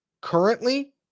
currently